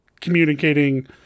communicating